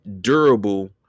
durable